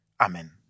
Amen